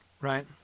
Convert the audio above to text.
right